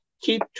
keep